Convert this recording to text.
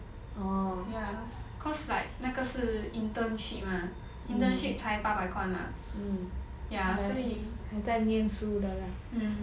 ya cause like 那个是 internship internship 才八百块 mah ya 所以 mm